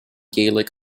gaelic